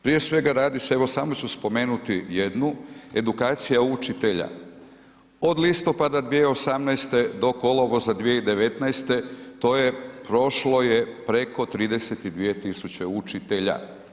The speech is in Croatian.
Prije svega radi se o, evo samo ću spomenuti jednu, edukacija učitelja, od listopada 2018. do kolovoza 2019. to je prošlo je preko 32.000 učitelja.